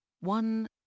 One